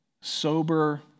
sober